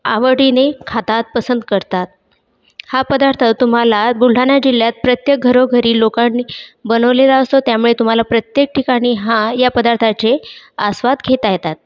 आवडीने खातात पसंद करतात हा पदार्थ तुम्हाला बुलढाणा जिल्ह्यात प्रत्येक घरोघरी लोकांनी बनवलेला असतो त्यामुळे तुम्हाला प्रत्येक ठिकाणी हा या पदार्थाचे आस्वाद घेता येतात